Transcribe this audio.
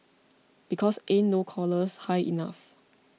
because ain't no collars high enough